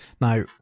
Now